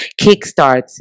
kickstarts